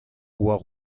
war